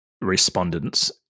respondents